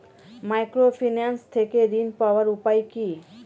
Microfinance থেকে ঋণ পাওয়ার উপায় কি?